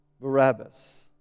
Barabbas